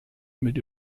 mit